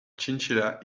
chinchilla